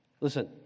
Listen